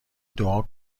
دعا